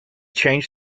changed